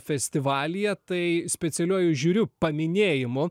festivalyje tai specialiuoju žiūriu paminėjimu